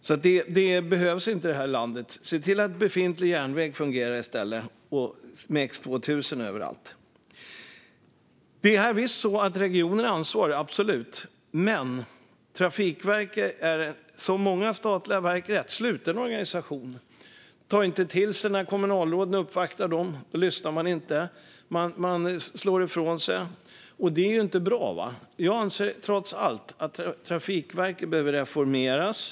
Höghastighetståg behövs inte i det här landet; se till att befintlig järnväg fungerar i stället, med X2000 överallt! Visst är det så att regionen är ansvarig - absolut. Men Trafikverket är, som många statliga verk, en rätt sluten organisation. Man tar inte till sig det som sägs när kommunalråden uppvaktar verket. Man lyssnar inte utan slår ifrån sig. Det är inte bra. Jag anser trots allt att Trafikverket behöver reformeras.